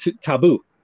taboo